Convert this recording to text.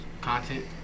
content